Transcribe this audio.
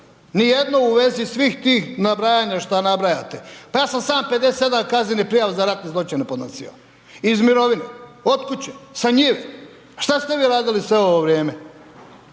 Nijedno u vezi svih tih nabrajanja što nabrajate. Pa ja sam sam 57 kaznenih prijava za ratne zločine podnosio. Iz mirovine. Od kuće. Sa njive. A što ste vi radili sve ovo vrijeme?